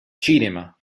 cinema